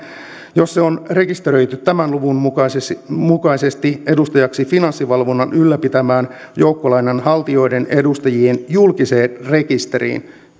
jos se on rekisteröity tämän luvun mukaisesti mukaisesti edustajaksi finanssivalvonnan ylläpitämään joukkolainanhaltijoiden edustajien julkiseen rekisteriin